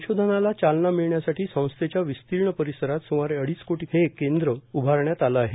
संशोधनाला चालना मिळण्यासाठी संस्थेच्या विस्तीर्ण परिसरात सुमारे अडीच कोटी खर्चून हे केंद्र उभारण्यात आले आहे